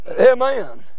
Amen